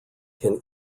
can